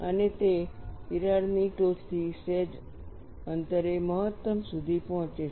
અને તે તિરાડની ટોચથી સહેજ અંતરે મહત્તમ સુધી પહોંચે છે